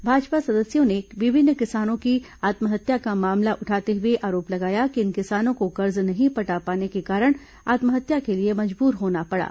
भाजपा सदस्यों ने विभिन्न किसानों की आत्महत्या का मामला उठाते हुए आरोप लगाया कि इन किसानों को कर्ज नहीं पटा पाने के कारण आत्महत्या के लिए मजबूर होना पड़ा